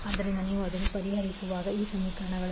ಆದ್ದರಿಂದ ನೀವು ಅದನ್ನು ಪರಿಹರಿಸುವಾಗ Z j28j10 j28j100